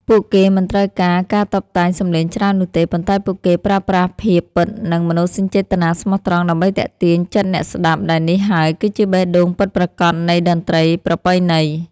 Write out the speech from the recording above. ពួកគេមិនត្រូវការការតុបតែងសំឡេងច្រើននោះទេ ប៉ុន្តែពួកគេប្រើប្រាស់ភាពពិត និង មនោសញ្ចេតនាស្មោះត្រង់ ដើម្បីទាក់ទាញចិត្តអ្នកស្តាប់ ដែលនេះហើយគឺជាបេះដូងពិតប្រាកដនៃតន្ត្រីប្រពៃណី។